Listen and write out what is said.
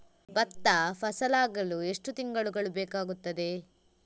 ಭತ್ತ ಫಸಲಾಗಳು ಎಷ್ಟು ತಿಂಗಳುಗಳು ಬೇಕಾಗುತ್ತದೆ?